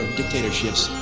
dictatorships